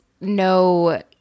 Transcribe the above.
no